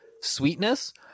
sweetness